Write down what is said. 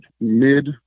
mid